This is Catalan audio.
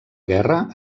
guerra